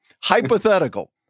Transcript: Hypothetical